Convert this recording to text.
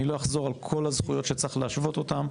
אני לא אחוזר על כל הזכויות שצריך להשוות אותן.